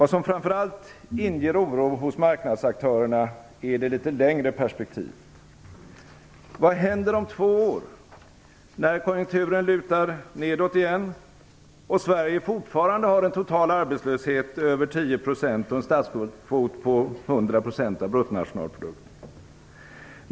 Vad som framför allt inger oro hos marknadsaktörerna är det litet längre perspektivet. Vad händer om två år, när konjunkturen lutar nedåt igen och Sverige fortfarande har en total arbetslöshet över 10 % och en statsskuldskvot på 100 % av bruttonationalprodukten?